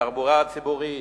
התחבורה הציבורית,